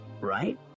right